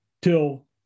till